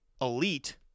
elite